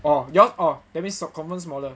oh your oh that means confirm smaller